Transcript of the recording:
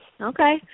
Okay